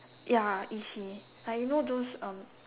ya E_C like you know those um